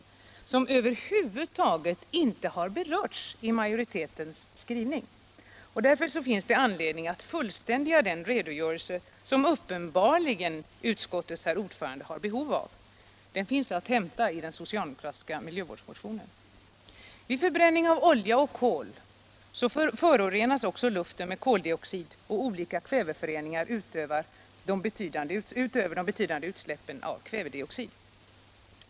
Detta har över huvud taget inte berörts i majoritetens skrivning. Därför finns det anledning att fullständiga den redogörelse som uppenbarligen utskottets herr ordförande har behov av. Den finns att hämta i den socialdemokratiska miljövårdsmotionen. Vid förbränning av olja och kol förorenas luften med koldioxid och olika kväveföroreningar utöver de betydande utsläppen av svaveldioxid.